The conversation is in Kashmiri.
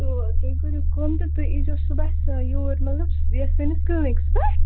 تہٕ تُہۍ کٔرِو کٲم تہِ تُہۍ ییٖزیٚو صُبحَس یوٗرۍ مطلب یا سٲنِس کِلنِکَس پٮ۪ٹھ